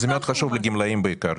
זה בעיקר